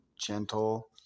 gentle